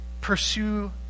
pursue